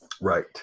right